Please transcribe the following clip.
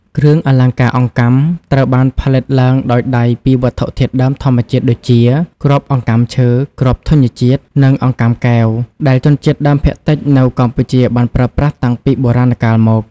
គ្រឿងអលង្ការអង្កាំត្រូវបានផលិតឡើងដោយដៃពីវត្ថុធាតុដើមធម្មជាតិដូចជា គ្រាប់អង្កាំឈើ គ្រាប់ធញ្ញជាតិ និងអង្កាំកែវ ដែលជនជាតិដើមភាគតិចនៅកម្ពុជាបានប្រើប្រាស់តាំងពីបុរាណកាលមក។